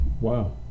wow